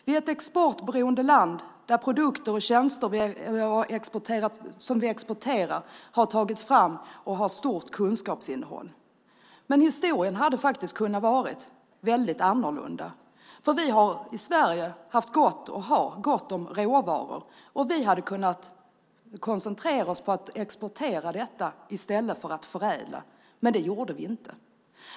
Vi är ett exportberoende land där de produkter och tjänster som vi exporterar har tagits fram med stort kunskapsinnehåll. Men historien hade faktiskt kunnat vara väldigt annorlunda, för vi har i Sverige haft och har gott om råvaror som vi hade kunnat koncentrera oss på att exportera i stället för att förädla, men det gjorde vi inte.